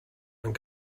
and